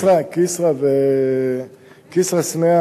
כסרא-סמיע